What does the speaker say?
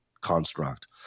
construct